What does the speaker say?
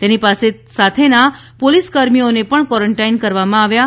તેની સાથેના પોલીસકર્મીઓને પણ ક્વોરોન્ટાઇન કરવામાં આવ્યા હતા